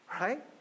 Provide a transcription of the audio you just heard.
Right